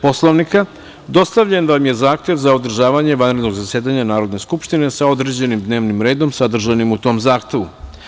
Poslovnika, dostavljen vam je Zahtev za održavanje vanrednog zasedanja Narodne skupštine, sa određenim dnevnim redom sadržanim u tom Zahtevu.